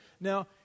Now